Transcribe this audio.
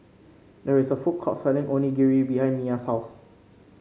there is a food court selling Onigiri behind Miya's house